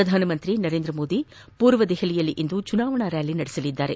ಪ್ರಧಾನಮಂತ್ರಿ ನರೇಂದ್ರ ಮೋದಿ ಪೂರ್ವ ದೆಹಲಿಯಲ್ಲಿಂದು ಚುನಾವಣಾ ರ್ಕಾಲಿ ನಡೆಸಲಿದ್ದಾರೆ